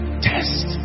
test